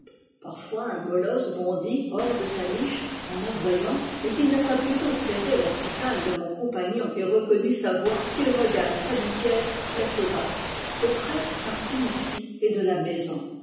parfois un molosse bondit hors de sa niche en aboyant mais il n'a pas plus tôt flairé la soutane de mon compagnon et reconnu sa voix qu'il regagne sa litière la queue basse le prêtre partout ici est de la maison